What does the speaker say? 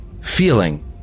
feeling